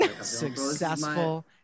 successful